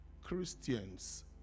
Christians